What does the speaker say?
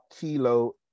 Kilo